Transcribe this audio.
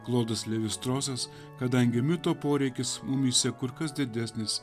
klodas levis strosas kadangi mito poreikis mumyse kur kas didesnis